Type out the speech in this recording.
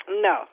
No